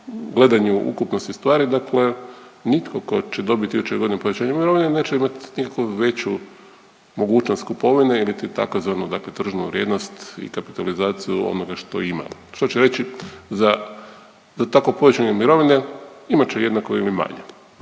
gledanju ukupnosti stvari, dakle nitko tko će dobiti iduće godine povećanje mirovine neće imati nikako veću mogućnost kupovine iliti tzv. dakle tržnu vrijednost i kapitalizaciju onoga što ima što će reći za tako povećane mirovine imat će jednako ili manje.